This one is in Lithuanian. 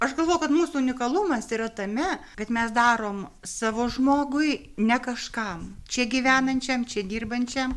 aš galvoju kad mūsų unikalumas yra tame kad mes darom savo žmogui ne kažkam čia gyvenančiam čia dirbančiam